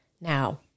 Now